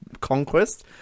conquest